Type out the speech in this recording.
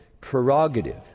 prerogative